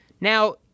Now